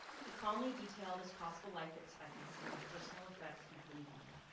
he called me detailed as possible life expectancy and the personal effects he'd leave me.